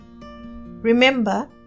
Remember